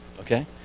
okay